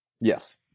Yes